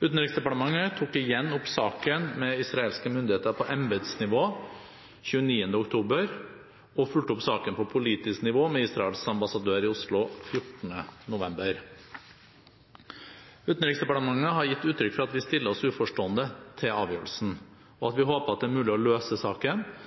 Utenriksdepartementet tok igjen opp saken med israelske myndigheter på embetsnivå 29. oktober og fulgte opp saken på politisk nivå med Israels ambassadør i Oslo 14. november. Utenriksdepartementet har gitt uttrykk for at vi stiller oss uforstående til avgjørelsen, og at vi håper at det er mulig å løse saken,